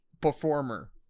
performer